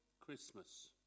Christmas